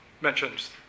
mentions